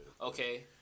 Okay